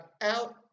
out